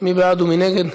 מי בעד ומי נגד?